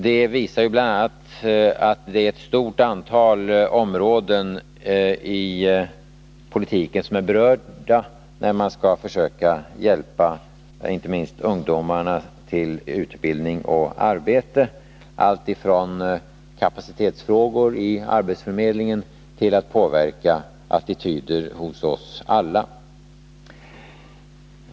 Det visar bl.a. att det är ett stort antal områden i politiken som berörs när man skall försöka hjälpa inte minst ungdomarna till utbildning och arbete — alltifrån kapacitetsfrågor i arbetsförmedlingen till påverkan av attityder hos oss alla.